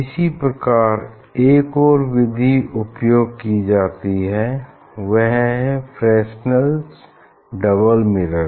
इसी प्रकार एक और विधि उपयोग की जाती है वह है फ्रेसनेलस डबल मिरर